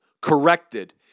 corrected